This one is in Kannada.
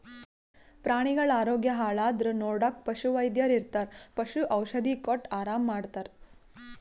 ಪ್ರಾಣಿಗಳ್ ಆರೋಗ್ಯ ಹಾಳಾದ್ರ್ ನೋಡಕ್ಕ್ ಪಶುವೈದ್ಯರ್ ಇರ್ತರ್ ಪಶು ಔಷಧಿ ಕೊಟ್ಟ್ ಆರಾಮ್ ಮಾಡ್ತರ್